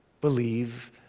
believe